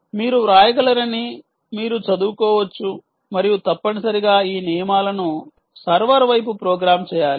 మీరు వ్రాయగలరని మీరు చదువుకోవచ్చు మరియు తప్పనిసరిగా ఈ నియమాలను సర్వర్ వైపు ప్రోగ్రామ్ చేయాలి